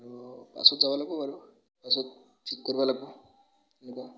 আৰু পাছত যাব লাগিব বাৰু পাছত ঠিক কৰিব লাগিব এনেকুৱা